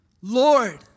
Lord